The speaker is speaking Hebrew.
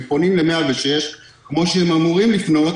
הם פונים לקו 106 כפי שהם אמורים לפנות